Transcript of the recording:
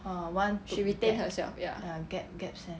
she retained herself